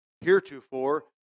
Heretofore